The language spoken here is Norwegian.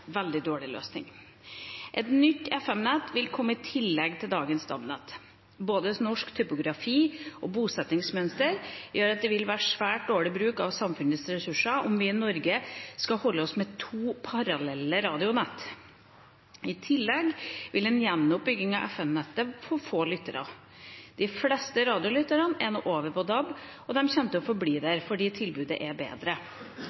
veldig dårlig løsning. Et nytt FM-nett vil komme i tillegg til dagens stamnett. Både norsk topografi og bosettingsmønster gjør at det vil være svært dårlig bruk av samfunnets ressurser om vi i Norge skal holde oss med to parallelle radionett. I tillegg vil en gjenoppbygging av FM-nettet få få lyttere. De fleste radiolytterne er nå over på DAB, og de kommer til å forbli